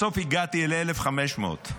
בסוף הגעתי אל 1,500,